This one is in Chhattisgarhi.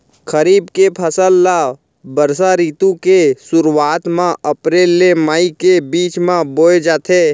खरीफ के फसल ला बरसा रितु के सुरुवात मा अप्रेल ले मई के बीच मा बोए जाथे